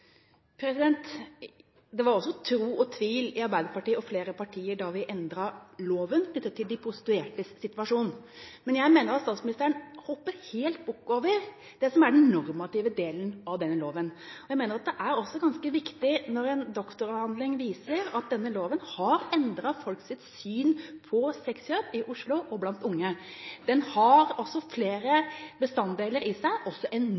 Det var også tro og tvil i Arbeiderpartiet og flere partier knyttet til de prostituertes situasjon da vi endret loven. Men jeg mener at statsministeren hopper helt bukk over det som er den normative delen av denne loven. Jeg mener det er viktig når en doktoravhandling viser at denne loven har endret folks syn på sexkjøp i Oslo og blant unge. Den har også flere bestanddeler i seg, også en